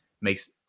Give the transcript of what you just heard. makes